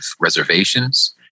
reservations